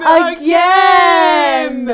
again